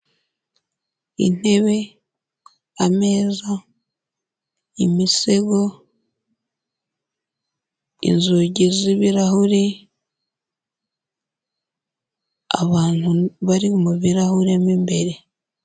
Intebe, ameza, imisego, inzugi z'ibirahuri, abantu bari mu birarahure mo imbere.